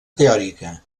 teòrica